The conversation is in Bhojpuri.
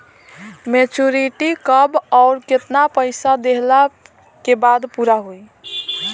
मेचूरिटि कब आउर केतना पईसा देहला के बाद पूरा होई?